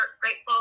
grateful